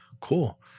Cool